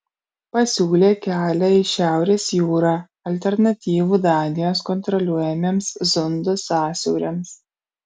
pasiūlė kelią į šiaurės jūrą alternatyvų danijos kontroliuojamiems zundo sąsiauriams